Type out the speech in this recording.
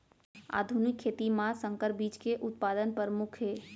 आधुनिक खेती मा संकर बीज के उत्पादन परमुख हे